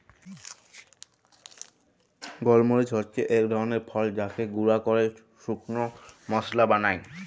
গল মরিচ হচ্যে এক ধরলের ফল যাকে গুঁরা ক্যরে শুকল মশলা বালায়